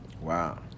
Wow